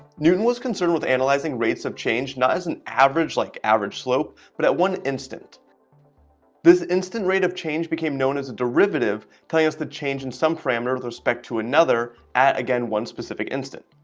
newton was concerned with analyzing rates have changed not as an average like average slope, but at one instant this instant rate of change became known as a derivative telling us the change in some parameter with respect to another at again one specific instant.